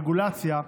הרגולציה,